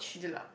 jelak